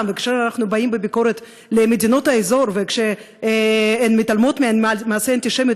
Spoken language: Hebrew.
וכשאנחנו באים בביקורת למדינות האזור כשהם מתעלמים ממעשי אנטישמיות.